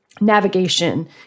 Navigation